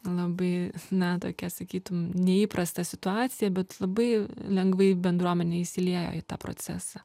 labai na tokią sakytum neįprastą situaciją bet labai lengvai bendruomenė įsiliejo į tą procesą